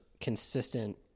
consistent